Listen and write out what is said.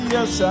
Yes